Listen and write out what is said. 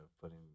putting